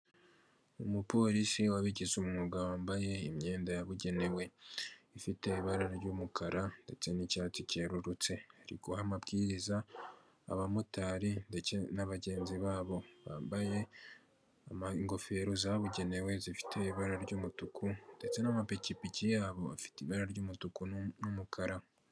Umuporisi wabigize umwuga wambaye imyenda yabugenewe, ifite ibara ry'umukara ndetse n'icyatsi cyerurutse, ari guha amabwiriza abamotari ndetse n'abagenzi babo, bambaye ingofero zabugenewe zifite ibara ry'umutuku, ndetse n'amapikipiki yabo afite ibara ry'umutuku n'umukara.